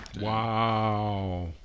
Wow